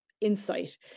insight